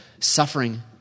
Suffering